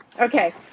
Okay